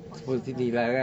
for so long